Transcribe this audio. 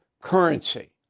currency